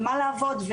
ומה לעבוד.